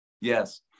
Yes